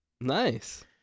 Nice